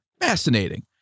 fascinating